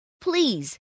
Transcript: Please